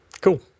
cool